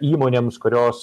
įmonėms kurios